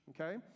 okay